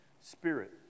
spirit